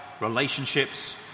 relationships